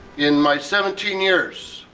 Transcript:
in my seventeen years,